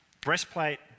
Breastplate